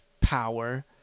power